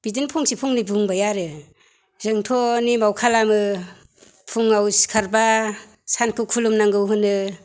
बिदिनो फंसे फंनै बुंबाय आरो जोंथ' नेमाव खालामो फुङाव सिखारबा सानखौ खुलुमनांगौ होनो